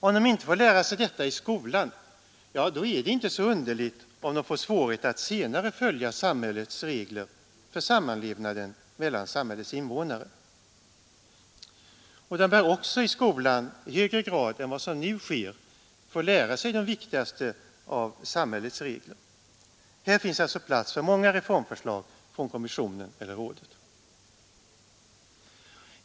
Om de inte får lära sig detta i skolan, då är det inte så underligt om de senare får svårigheter med att följa samhällets regler för sammanlevnaden mellan dess invånare. De bör också i skolan i högre grad än vad som nu sker få lära sig de viktigaste av samhällets regler. Här finns alltså plats för många reformförslag från kommissionen eller rådet.